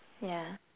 yeah